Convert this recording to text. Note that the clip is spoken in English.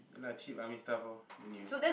ya lah cheap army stuff lor then you